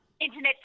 Internet